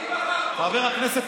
מי בחר בו?